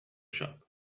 shop